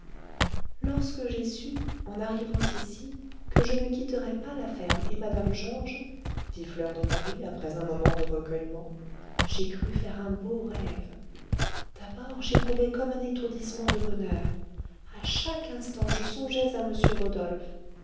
lorsque j'ai su en arrivant ici que je ne quitterais pas la ferme et mme georges dit fleur de marie après un moment de recueillement j'ai cru faire un beau rêve d'abord j'éprouvais comme un étourdissement de bonheur à chaque instant je songeais à m rodolphe